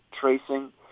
tracing